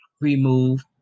remove